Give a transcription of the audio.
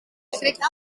schrik